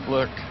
Look